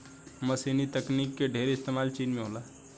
मशीनी तकनीक के ढेर इस्तेमाल चीन में होला